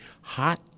Hot